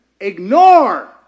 ignore